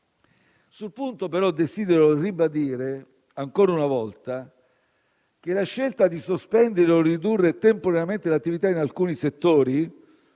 Sul punto, tuttavia, desidero ribadire ancora una volta che la scelta di sospendere o ridurre temporaneamente l'attività in alcuni settori